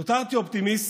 נותרתי אופטימיסט,